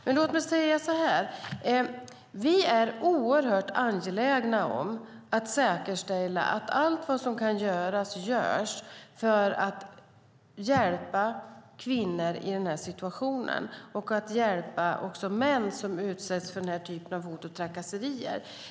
Men låt mig säga så här: Vi är oerhört angelägna om att säkerställa att allt vad som kan göras görs för att hjälpa kvinnor i den här situationen och att hjälpa också män som utsätts för den här typen hot och trakasserier.